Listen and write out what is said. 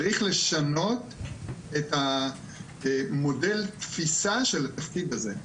צריך לשנות את המודל תפיסה של התפקיד הזה.